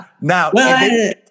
now